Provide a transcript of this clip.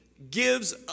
gives